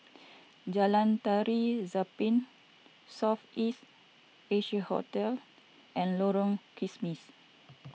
Jalan Tari Zapin South East Asia Hotel and Lorong Kismis